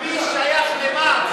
הכביש שייך למה?